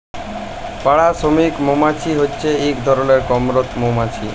পাড়া শ্রমিক মমাছি হছে ইক ধরলের কম্মরত মমাছি